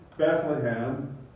Bethlehem